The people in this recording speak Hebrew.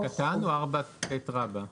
קטן או 4ט רבא?